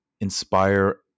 inspire